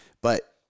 But-